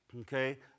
okay